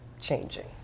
changing